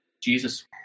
Jesus